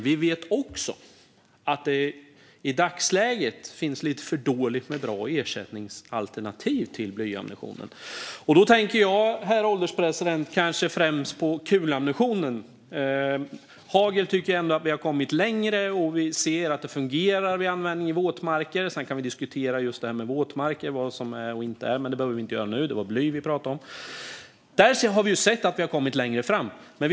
Vi vet också att det i dagsläget finns lite för få bra ersättningsalternativ till blyammunition. Jag tänker kanske främst på kulammunition. Med hagel tycker jag att vi har kommit längre, och vi ser att det fungerar vid användning i våtmarker. Sedan kan vi diskutera vad som är och inte är våtmarker, men det behöver vi inte göra nu. Det är bly vi pratar om, och där har vi sett att vi har kommit längre.